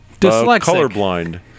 colorblind